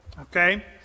okay